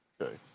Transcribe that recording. Okay